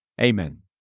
Amen